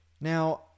Now